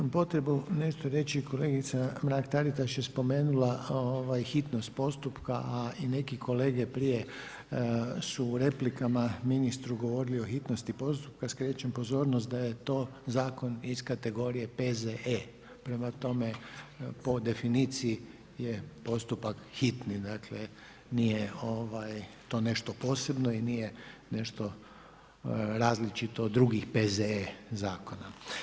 Imam potrebu nešto reći, kolegica Mrak Taritaš je spomenula hitnost postupaka, a i neki kolege prije su u replikama ministru govorili hitnosti postupka, skrećem pozornost da je to zakon iz kategorije P.Z.E, prema tome, po definiciji je postupak hitni, nije to nešto posebno, i nije nešto različito od drugih P.Z.E. zakona.